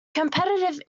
competitive